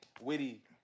witty